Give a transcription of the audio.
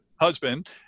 husband